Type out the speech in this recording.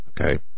Okay